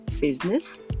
business